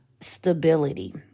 stability